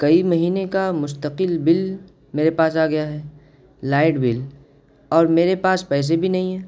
کئی مہینے کا مستقل بل میرے پاس آ گیا ہے لائٹ بل اور میرے پاس پیسے بھی نہیں ہیں